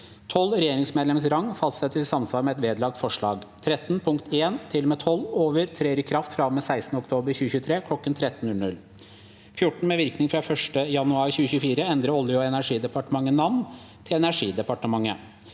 12. Regjeringsmedlemmenes rang fastsettes i samsvar med et vedlagt forslag. 13. Punkt 1 til og med 12 over trer i kraft fra og med 16. oktober 2023 kl. 13.00. 14. Med virkning fra 1. januar 2024 endrer Olje- og energidepartementet navn til Energidepartementet.